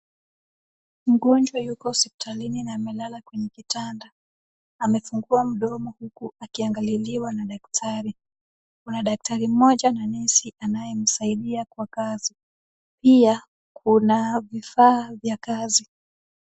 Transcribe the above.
Mgonjwa yuko hospitalini na amelala kwenye kitanda. Amefungua mdomo huku akiangaliliwa na daktari. Kuna daktari mmoja na nesi anayemsaidia kwa kazi. Pia kuna vifaa vya kazi.